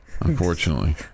unfortunately